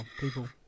people